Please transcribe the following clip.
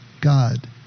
God